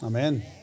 Amen